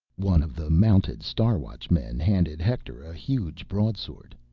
one of the mounted star watchmen handed hector a huge broadsword.